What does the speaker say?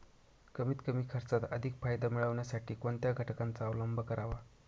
कमीत कमी खर्चात अधिक फायदा मिळविण्यासाठी कोणत्या घटकांचा अवलंब करावा?